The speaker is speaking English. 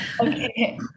Okay